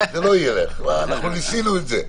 זה לא ילך, אנחנו ניסינו את זה.